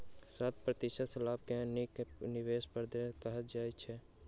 सात प्रतिशत लाभ के नीक निवेश प्रदर्शन कहल जाइत अछि